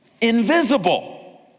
invisible